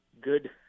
good